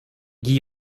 guy